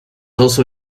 also